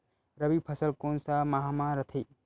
रबी फसल कोन सा माह म रथे?